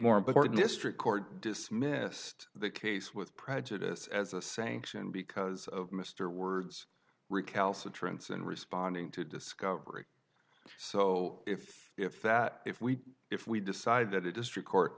more important district court dismissed the case with prejudice as a sanction because of mr words recalcitrance and responding to discovery so if if that if we if we decide that the district court